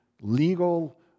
legal